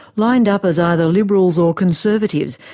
lined up as either liberals or conservatives,